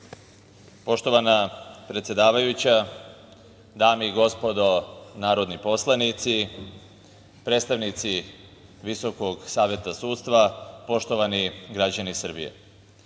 Poštovana predsedavajuća, dame i gospodo narodni poslanici, predstavnici VSS, poštovani građani Srbije,